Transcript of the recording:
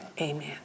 Amen